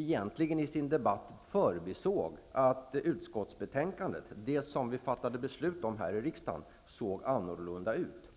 Egentligen förbisåg man i debatten att det utskottsbetänkande som vi här i riksdagen fattade beslut om såg litet annorlunda ut.